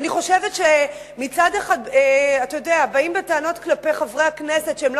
אני חושבת שמצד אחד באים בטענות כלפי חברי הכנסת שהם לא